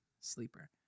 sleeper